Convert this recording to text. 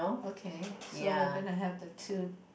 okay so we're gonna have the two